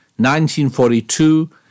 1942